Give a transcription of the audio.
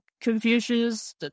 Confucius